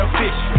fish